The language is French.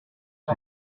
plu